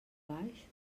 baix